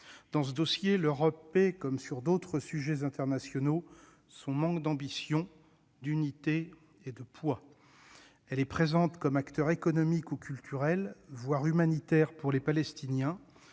Dans ce dossier, l'Europe paie, comme sur d'autres sujets internationaux, son manque d'ambition, d'unité et de poids. Elle est présente comme acteur économique ou culturel, voire humanitaire pour les Palestiniens.